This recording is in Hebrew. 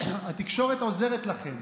התקשורת עוזרת לכם